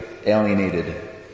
alienated